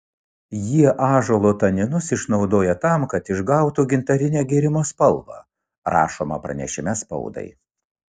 jie ąžuolo taninus išnaudoja tam kad išgautų gintarinę gėrimo spalvą rašoma pranešime spaudai